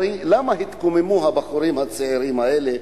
הרי למה התקוממו הבחורים הצעירים האלה,